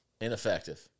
Ineffective